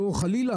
לא, חלילה.